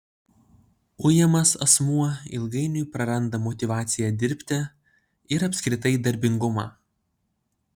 ujamas asmuo ilgainiui praranda motyvaciją dirbti ir apskritai darbingumą